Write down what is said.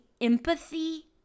empathy